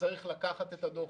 צריך לקחת את הדוח,